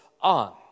on